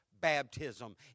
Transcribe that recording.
baptism